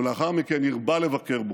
ולאחר מכן הרבה לבקר בו.